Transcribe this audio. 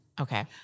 Okay